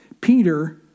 Peter